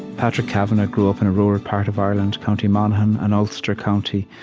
patrick kavanagh grew up in a rural part of ireland, county monaghan, an ulster county.